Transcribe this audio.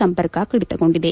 ಸಂಪರ್ಕ ಕಡಿತಗೊಂಡಿದೆ